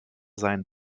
sein